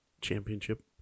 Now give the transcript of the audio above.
championship